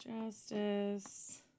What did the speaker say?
Justice